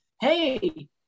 hey